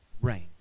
rain